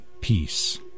peace